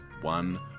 one